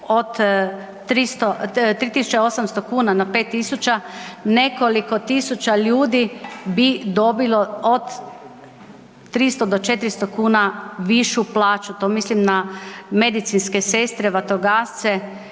3.800 kuna na 5.000 nekoliko tisuća ljudi bi dobilo od 300 do 400 kuna višu plaću, to mislim na medicinske sestre, vatrogasce